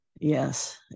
Yes